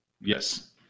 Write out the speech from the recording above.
Yes